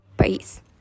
peace